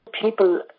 People